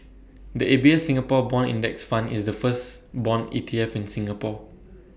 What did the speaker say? the A B F Singapore Bond index fund is the first Bond E T F in Singapore